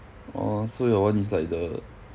orh so your one is like the